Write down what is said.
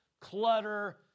clutter